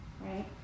Right